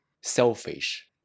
selfish